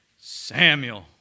Samuel